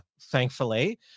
thankfully